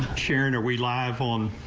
sharon we live on.